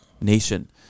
nation